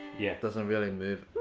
yeah. doesn't really move.